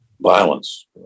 Violence